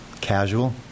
casual